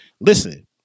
listen